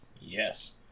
Yes